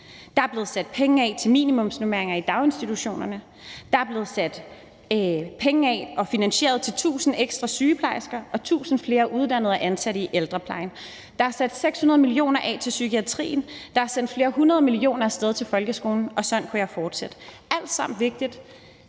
Der er blevet sat penge af til minimumsnormeringer i daginstitutionerne, der er blevet sat penge og finansiering af til tusind ekstra sygeplejersker og tusind flere uddannede og ansatte i ældreplejen. Der er sat 600 mio. kr. af til psykiatrien, der er sendt flere hundrede millioner af sted til folkeskolen, og sådan kunne jeg fortsætte. Alt sammen vigtigt,